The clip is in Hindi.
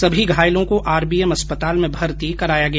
सभी घायलों को आरबीएम अस्पताल में भर्ती कराया गया